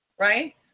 right